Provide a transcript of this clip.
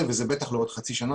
כתב לאריאל יוצר מהאוצר,